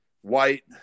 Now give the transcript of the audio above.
White